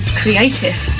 creative